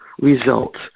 results